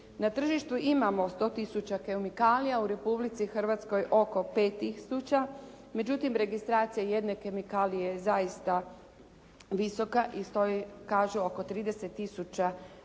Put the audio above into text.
Na tržištu imamo 100000 kemikalija. U Republici Hrvatskoj oko 5000. Međutim, registracija jedne kemikalije je zaista visoka i stoji kažu oko 30000 eura.